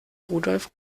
rudolf